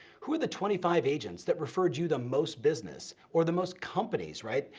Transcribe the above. who are the twenty five agents that referred you the most business, or the most companies, right,